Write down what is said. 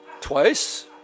twice